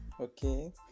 okay